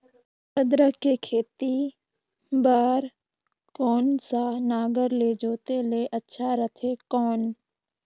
अदरक के खेती बार कोन सा नागर ले जोते ले अच्छा रथे कौन?